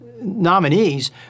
nominees